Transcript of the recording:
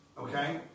okay